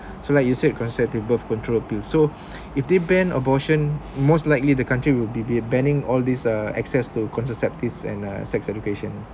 so like you said contraceptives birth control pill so if they ban abortion most likely the country will be be banning all these uh access to contraceptives and uh sex education